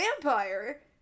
vampire